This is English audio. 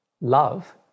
love